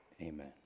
Amen